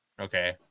Okay